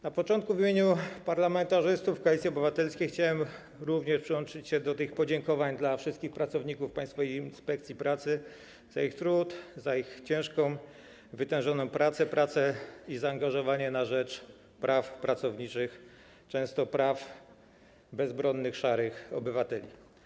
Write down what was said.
Na początku w imieniu parlamentarzystów Koalicji Obywatelskiej chciałbym również przyłączyć się do podziękowań dla wszystkich pracowników Państwowej Inspekcji Pracy za ich trud, za ich ciężką, wytężoną pracę i zaangażowanie na rzecz praw pracowniczych, często praw bezbronnych szarych obywateli.